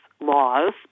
laws